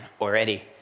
already